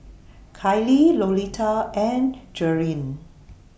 Kaylie Lolita and Jerilyn